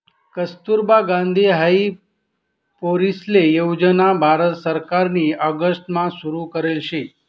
कस्तुरबा गांधी हाई पोरीसले योजना भारत सरकारनी ऑगस्ट मा सुरु करेल शे